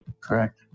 Correct